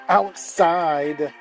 outside